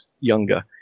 younger